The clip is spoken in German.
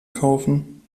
kaufen